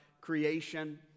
creation